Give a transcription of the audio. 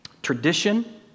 Tradition